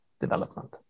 development